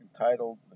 entitled